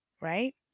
right